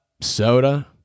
soda